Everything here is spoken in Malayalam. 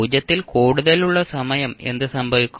0 ൽ കൂടുതലുള്ള സമയം എന്ത് സംഭവിക്കും